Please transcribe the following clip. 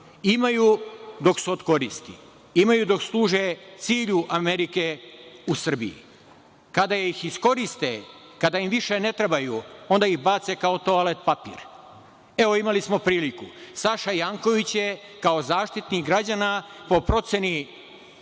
Imaju, dok su od koristi. Imaju, dok služe cilju Amerike u Srbiji. Kada ih iskoriste, kada im više ne trebaju, onda ih bace kao toalet papir. Evo, imali smo priliku da vidimo. Saša Janković je, kao Zaštitnik građana, po proceni